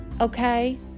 okay